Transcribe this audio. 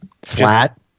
flat